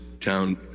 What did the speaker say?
town